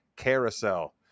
carousel